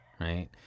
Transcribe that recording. right